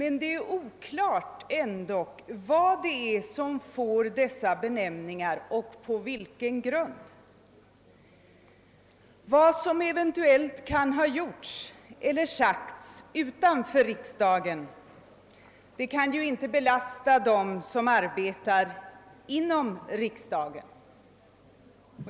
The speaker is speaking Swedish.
Men det är ändock oklart vad det är som får dessa benämningar och på vilken grund. Vad som eventuellt kan ha gjorts eller sagts utanför riksdagen kan ju inte belasta dem som arbetar inom riksdagen.